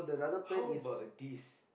how about this